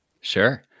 Sure